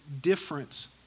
difference